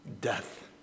Death